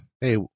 hey